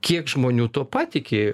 kiek žmonių tuo patiki